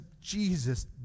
jesus